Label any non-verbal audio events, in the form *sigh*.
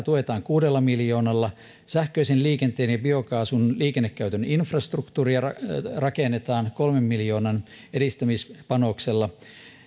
*unintelligible* tuetaan kuudella miljoonalla sähköisen liikenteen ja biokaasun liikennekäytön infrastruktuuria rakennetaan kolmen miljoonan edistämispanoksella